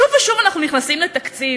שוב ושוב אנחנו נכנסים לתקציב,